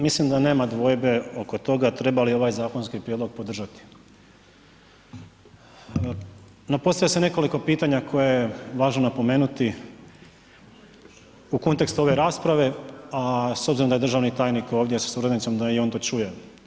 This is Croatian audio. Mislim da nema dvojbe oko toga treba li ovaj zakonski prijedlog podržati, no postavlja se nekoliko pitanja koje je važno napomenuti u kontekstu ove rasprave, a s obzirom da je državni tajnik ovdje sa suradnicom, da i on to čuje.